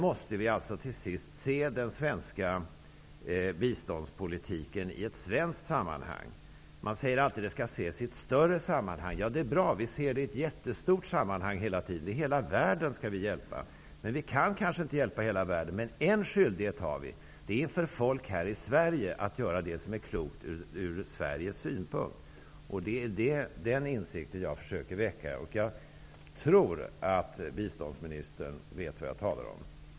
Vidare måste den svenska biståndspolitiken ses i ett svenskt sammanhang. Man säger alltid att politiken skall ses i ett större sammanhang. Ja, vi ser hela tiden politiken i ett jättestort sammanhang. Vi skall hjälpa hela världen! Men vi kan kanske inte hjälpa hela världen. Däremot har vi en skyldighet, nämligen att folk i Sverige gör vad som är klokt för Sverige. Det är den insikten jag försöker väcka. Jag tror att biståndsministern vet vad jag talar om.